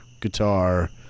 guitar